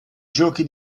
giochi